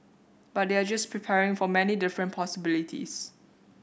but they're just preparing for many different possibilities